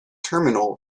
terminal